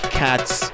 cats